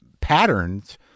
patterns